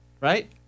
right